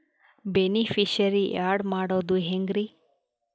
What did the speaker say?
Beneficiary, add ಮಾಡೋದು ಹೆಂಗ್ರಿ?